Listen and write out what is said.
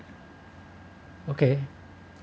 okay